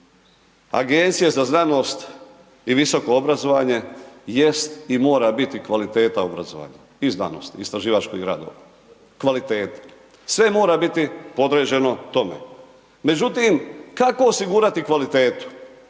Agencije za znanost i visoko obrazovanje jest i mora biti kvaliteta obrazovanja i znanosti i istraživačkih radova, kvalitete. Sve mora biti podređeno tome. Međutim kako osigurati kvalitetu?